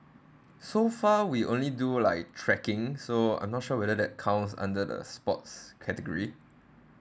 so far we only do like trekking so I'm not sure whether that counts under the sports category